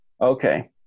Okay